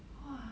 !wah!